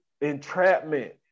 Entrapment